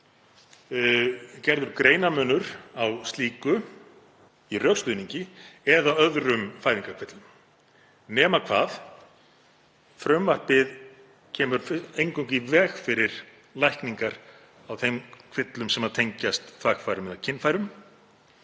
gerður greinarmunur á slíku í rökstuðningi og öðrum fæðingargöllum nema hvað frumvarpið kemur eingöngu í veg fyrir lækningar á þeim kvillum sem tengjast þvagfærum eða kynfærum.